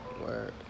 Word